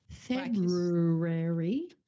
February